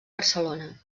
barcelona